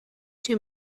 two